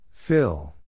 Fill